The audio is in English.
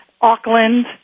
Auckland